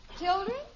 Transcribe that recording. Children